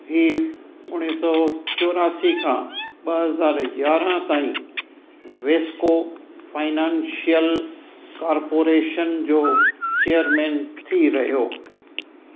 हीउ उणिवीह सौ चौरासी खां ॿ हज़ार यारहं ताईं वेस्को फाइनेंशियल कॉर्पोरेशन जो चैयरमेन थी रहियो